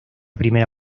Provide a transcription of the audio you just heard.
primera